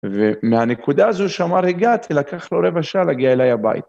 ומהנקודה הזו שהוא אמר "הגעתי", לקח לו רבע שעה להגיע אליי הביתה.